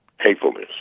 Hatefulness